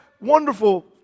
wonderful